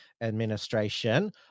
administration